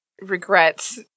regrets